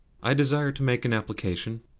i desire to make an application.